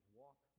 walk